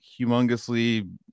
humongously